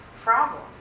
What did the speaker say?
problem